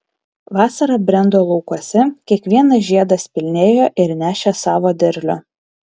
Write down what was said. vasara brendo laukuose kiekvienas žiedas pilnėjo ir nešė savo derlių